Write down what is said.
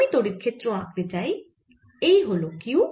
আমি তড়িৎ ক্ষেত্র আঁকতে চাই এই হল q